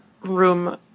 room